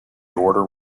order